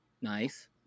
nice